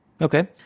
okay